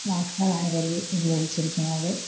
വാക്കുകളാണ് ഇവര് ഉപയോഗിച്ചിരിക്കുന്നത്